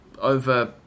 over